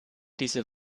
diese